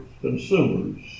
consumers